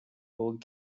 old